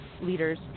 leaders